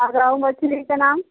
और रोहू मछली का नाम